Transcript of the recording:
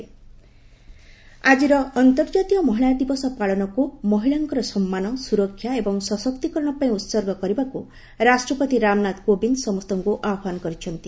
ପ୍ରେଜ୍ ଆକିର ଅନ୍ତର୍ଜାତୀୟ ମହିଳା ଦିବସ ପାଳନକୁ ମହିଳାଙ୍କ ସମ୍ମାନ ସୁରକ୍ଷା ଏବଂ ସଶକ୍ତିକରଣ ପାଇଁ ଉତ୍ଗର୍ଗ କରିବାକୁ ରାଷ୍ଟ୍ରପତି ରାମନାଥ କୋବିନ୍ଦ ସମସ୍ତଙ୍କ ଆହ୍ନାନ କରିଛନ୍ତି